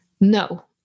No